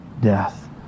death